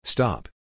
Stop